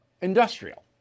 industrial